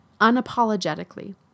unapologetically